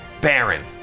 Baron